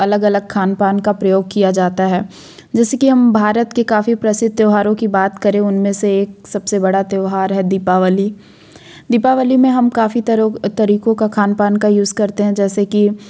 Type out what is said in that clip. अलग अलग खान पान का प्रयोग किया जाता है जैसे कि हम भारत के काफ़ी प्रसिद्ध त्योहारों की बात करें उनमें से एक सबसे बड़ा त्योहार है दीपावली दीपावली में हम काफ़ी तरीकों का खान पान का यूज करते है जैसे कि